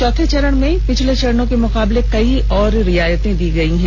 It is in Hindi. चौथे चरण में पिछले चरणों के मुकाबले कई और रियायतें दी गयी हैं